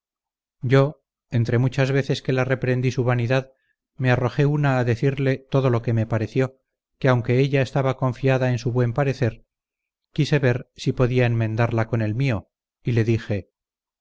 yo entre muchas veces que la reprendí su vanidad me arrojé una a decirle todo lo que me pareció que aunque ella estaba confiada en su buen parecer quise ver si podía enmendarla con el mio y le dije